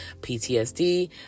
PTSD